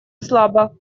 слабо